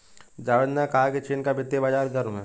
जावेद ने कहा कि चीन का वित्तीय बाजार गर्म है